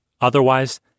Otherwise